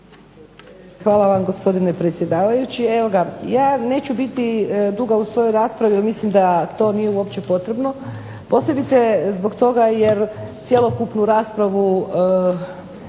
Hvala vam, gospodine predsjedavajući. Ja neću biti duga u svojoj raspravi jer mislim da to nije uopće potrebno, posebice zbog toga jer cjelokupnu raspravu